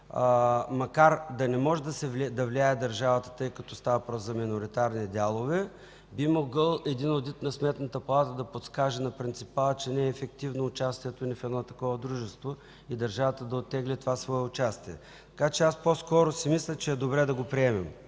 да не може да влияе, тъй като става въпрос за миноритарни дялове, един одит на Сметната палата би могъл да подскаже на принципала, че не е ефективно участието ни в едно такова дружество и държавата да оттегли това свое участие. Така че аз по-скоро си мисля, че е добре да приемем